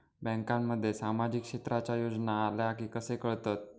बँकांमध्ये सामाजिक क्षेत्रांच्या योजना आल्या की कसे कळतत?